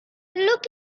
look